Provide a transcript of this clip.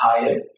tired